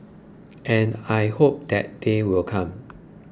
and I hope that day will come